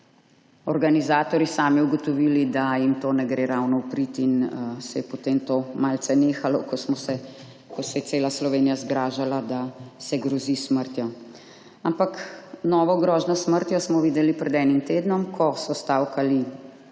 organizatorji sami ugotovili, da jim to ne gre ravno v prid in se je potem malce nehalo, ko se je cela Slovenija zgražala, da se grozi s smrtjo. Ampak novo grožnjo s smrtjo smo videli pred enim tednom, ko so stavkali